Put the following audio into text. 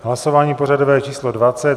Hlasování pořadové číslo 20.